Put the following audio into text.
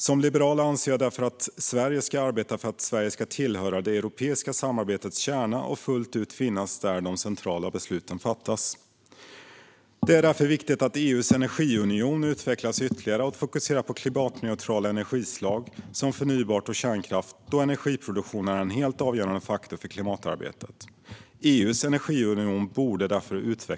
Som liberal anser jag därför att Sverige ska arbeta för att Sverige ska tillhöra det europeiska samarbetets kärna och fullt ut finnas där de centrala besluten fattas. Det är därför viktigt att EU:s energiunion utvecklas ytterligare och fokuserar på klimatneutrala energislag som förnybart och kärnkraft, då energiproduktionen är en helt avgörande faktor för klimatarbetet.